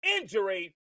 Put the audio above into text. injury